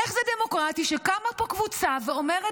איך זה דמוקרטי שקמה פה קבוצה ואומרת